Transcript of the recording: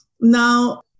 Now